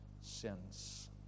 sins